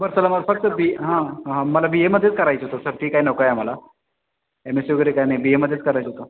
बरं सर मला फक्त बी हां हां मला बी एमध्येच करायचं होतं सर ते काय नको आहे आम्हाला एम एससी वगैरे काय नाही बी एमध्येच करायचं होतं